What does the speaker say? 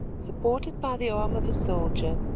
supported by the arm of a soldier,